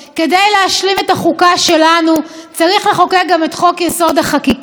כדי להשלים את החוקה שלנו צריך לחוקק גם את חוק-יסוד: החקיקה,